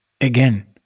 again